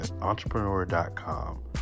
Entrepreneur.com